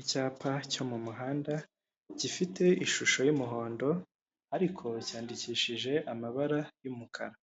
Icyapa cyo mu muhanda gifite ishusho y'umuhondo ariko cyandikishije amabara y'umukara,